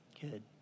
Good